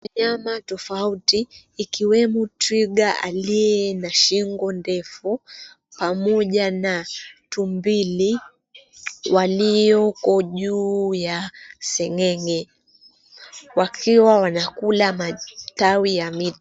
Wanyama tofauti ikiwemo twiga aliye na shingo ndefu pamoja na tumbiri walioko juu ya sengenge wakiwa wanakula matawi ya miti.